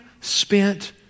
spent